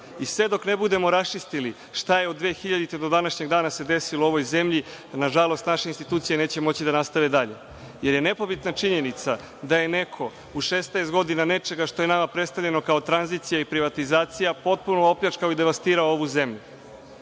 i sve dok ne budemo raščistili šta se od 2000. godine do današnjeg dana desilo u ovoj zemlji, nažalost naše institucije neće moći da nastave dalje. Jer je nepobitna činjenica da je neko u 16 godina nečega što je nama predstavljeno kao tranzicija i privatizacija, potpuno opljačkao i devastirao ovu zemlju.